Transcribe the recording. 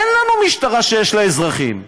אין לנו משטרה שיש לה אזרחים,